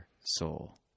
soul